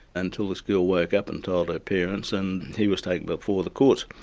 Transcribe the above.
until this girl woke up and told her parents, and he was taken before the courts.